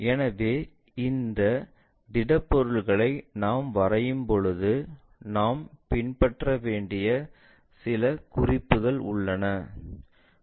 எனவே இந்த திடப்பொருட்களை நாம் வரையும்போது நாம் பின்பற்ற வேண்டிய சில குறிப்புகள் உள்ளன